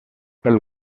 pel